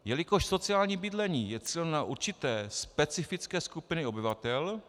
Jelikož sociální bydlení je cíleno na určité specifické skupiny obyvatel...